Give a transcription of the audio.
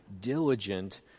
diligent